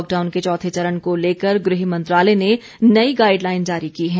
lockdown के चौथे चरण को लेकर गृह मंत्रालय ने नई गाईड लाईन जारी की है